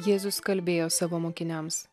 jėzus kalbėjo savo mokiniams